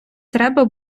треба